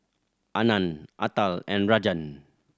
Anand Atal and Rajan